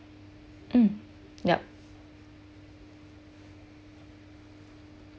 um yup